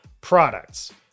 products